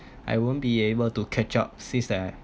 I won't be able to catch up since that